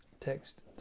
Text